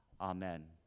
Amen